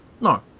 No